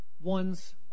one's